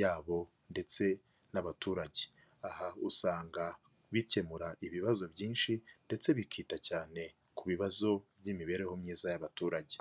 yabo ndetse n'abaturage. Aha usanga bikemura ibibazo byinshi ndetse bikita cyane ku bibazo by'imibereho myiza y'abaturage.